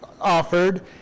offered